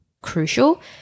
crucial